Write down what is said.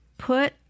Put